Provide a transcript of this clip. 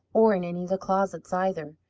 or in any of the closets, either.